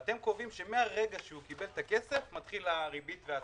ואתם קובעים שמהרגע שהוא קיבל את הכסף מתחילות הריבית וההצמדה.